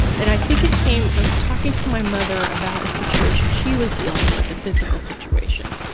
and i think it came, i was talking to my mother about a situation she was dealing with, a physical situation,